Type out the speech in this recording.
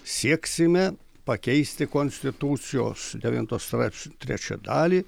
sieksime pakeisti konstitucijos devinto straipsnio trečią dalį